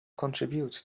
contribute